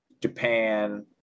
japan